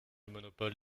monopole